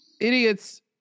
idiots